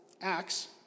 Acts